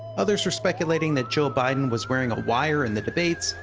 others are speculating that joe biden was wearing a wire in the debates.